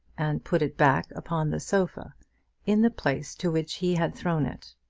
and put it back upon the sofa in the place to which he had thrown it.